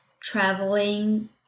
traveling